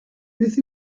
beth